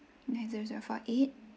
nine zero zero four eight